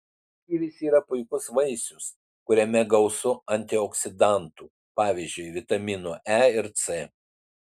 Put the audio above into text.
kivis yra puikus vaisius kuriame gausu antioksidantų pavyzdžiui vitaminų e ir c